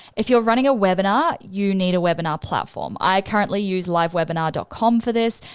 if you're running a webinar, you need a webinar platform. i currently use livewebinar dot com for this.